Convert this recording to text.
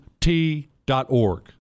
T.org